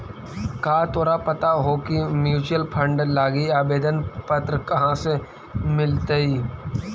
का तोरा पता हो की म्यूचूअल फंड लागी आवेदन पत्र कहाँ से मिलतई?